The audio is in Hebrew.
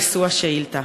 מושא השאילתה.